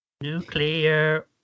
nuclear